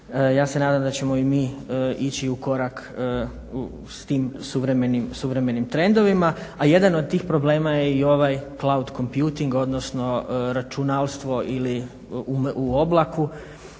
Ja se nadam da ćemo i mi ići u korak s tim suvremenim trendovima. A jedan od tih problema je i ovaj …/Govornik se ne razumije./… odnosno računalstvo ili u oblaku